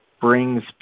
brings